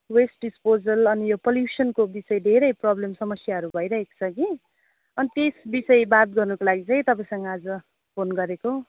West disposal अनि यो पोलुसनको विषय धेरै प्रब्लम समस्यारू भइरहेको छ कि अनि त्यस विषय बात गर्नुको लागि चाहिँ तपाईँसँग आज फोन गरेको